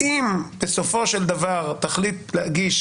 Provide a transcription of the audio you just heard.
אם, בסופו של דבר, תחליט להגיש